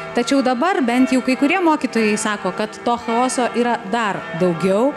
tačiau dabar bent jau kai kurie mokytojai sako kad to chaoso yra dar daugiau